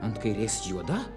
ant kairės juoda